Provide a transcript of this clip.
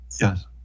Yes